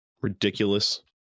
Ridiculous